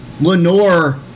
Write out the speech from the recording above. Lenore